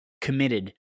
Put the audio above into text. committed